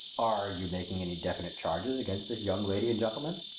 are you making any definite charges against this young lady and gentleman?